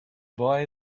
boy